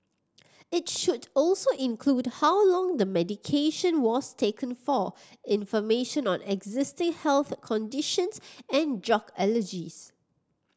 it should also include how long the medication was taken for information on existing health conditions and drug allergies